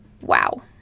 Wow